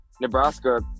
Nebraska